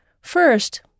First